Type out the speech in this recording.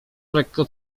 lekko